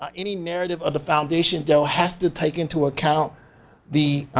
um any narrative of the foundation though has to take into account the